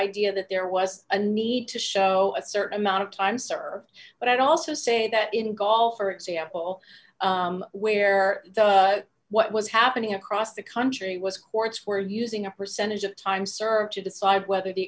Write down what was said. idea that there was a need to show a certain amount of time served but i'd also say that in golf for example where what was happening across the country was courts were using a percentage of time served to decide whether the